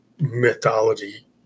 mythology